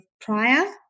prior